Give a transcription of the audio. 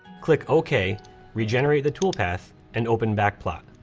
click okay regenerate the toolpath and open back plot.